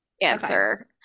answer